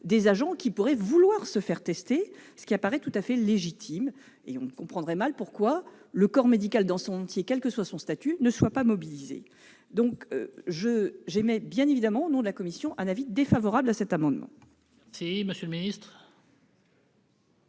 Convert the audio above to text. des agents qui pourraient vouloir se faire tester, ce qui paraît tout à fait légitime. On comprendrait mal pourquoi le corps médical dans son entier, quel que soit son statut, ne serait pas mobilisé. J'émets donc évidemment, au nom de la commission, un avis défavorable sur cet amendement. Quel est l'avis